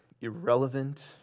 irrelevant